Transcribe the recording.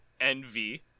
Envy